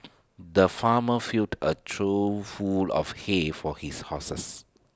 the farmer filled A trough full of hay for his horses